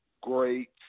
great